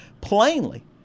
plainly